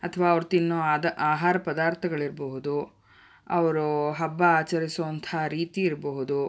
ಅಥವಾ ಅವ್ರು ತಿನ್ನೋ ಆದ ಆಹಾರ ಪದಾರ್ಥಗಳಿರಬಹುದು ಅವರು ಹಬ್ಬ ಆಚರಿಸುವಂಥ ರೀತಿ ಇರಬಹುದು